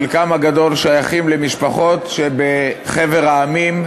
חלקם הגדול בני משפחות שבחבר המדינות